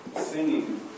singing